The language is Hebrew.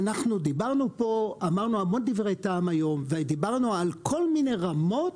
אמרנו כאן היום המון דברי טעם ודיברנו על כל מיני רמות